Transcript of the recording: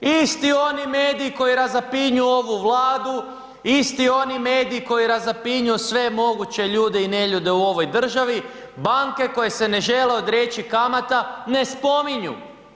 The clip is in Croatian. Isti oni mediji koji razapinju ovu Vladu, isti oni mediji koji razapinju sve moguće ljude i neljude u ovoj državi, banke koje se ne žele odreći kamata, ne spominju.